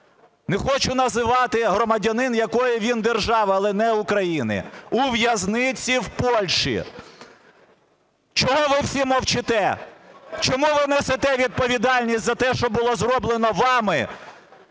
Не хочу називати громадянин якої він держави, але не України. У в'язниці в Польщі. Чого ви всі мовчите?! Чому не несене відповідальність за те, що було зроблено вами?